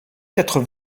quatre